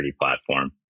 platform